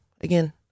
again